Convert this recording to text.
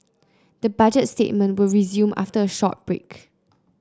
the Budget statement will resume after a short break